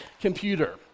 computer